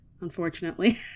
unfortunately